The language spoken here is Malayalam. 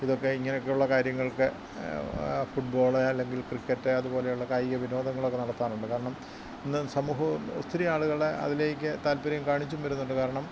ഇങ്ങനെയൊക്കെ ഉള്ള കാര്യങ്ങൾക്ക് ഫുട്ബോളേ അല്ലെങ്കിൽ ക്രിക്കറ്റ് അതുപോലെയുള്ള കായിക വിനോദങ്ങളൊക്കെ നടത്താറുണ്ട് കാരണം ഇന്നു സമൂഹവും ഒത്തിരി ആളുകൾ അതിലേക്ക് താത്പര്യം കാണിച്ചും വരുന്നുണ്ട് കാരണം